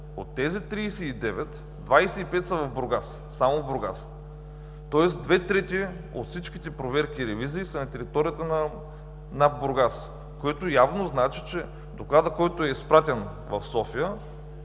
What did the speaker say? От тези 39 в Бургас са 25. Само в Бургас! Тоест две трети от всичките проверки и ревизии са на територията на Бургас, което явно значи, че докладът, който е изпратен в София,